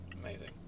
Amazing